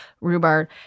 rhubarb